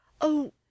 Oh